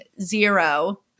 zero